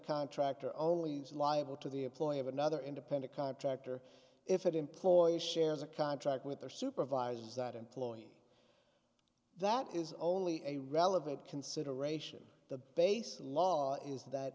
contractor only liable to the employee of another independent contractor if it employs shares a contract with their supervisors that employee that is only a relevant consideration the base law is that